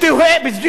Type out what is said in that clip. אני תוהה.